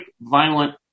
violent